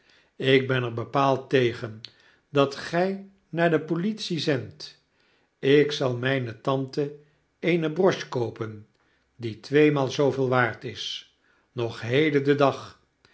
ik ben er bepaald tegen dat gij naar de politie zendt ik zal mijne tante eene broche koopen die tweemaal zooveel waard is nog heden den dag